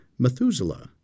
Methuselah